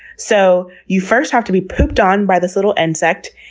so, you first have to be pooped on by this little insect,